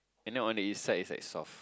and then on the inside it's like soft